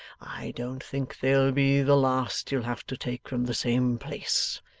i don't think they'll be the last you'll have to take from the same place.